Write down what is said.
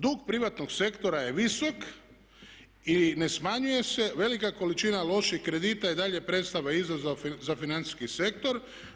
Dug privatnog sektora je visok i ne smanjuje se, velika količina loših kredita i dalje predstavlja izazov za financijski sektor.